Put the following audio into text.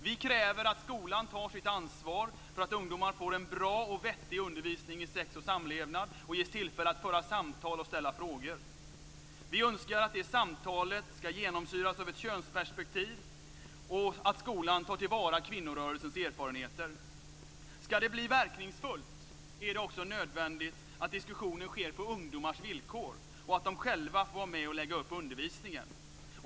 Vi kräver att skolan tar sitt ansvar för att ungdomar får en bra och vettig undervisning i sex och samlevnad och ges tillfälle att föra samtal och ställa frågor. Vi önskar att samtalet ska genomsyras av ett könsperspektiv och att skolan tar till vara kvinnorörelsens erfarenheter. Ska det bli verkningsfullt är det också nödvändigt att diskussionen sker på ungdomars villkor och att de själva får vara med om att lägga upp undervisningen.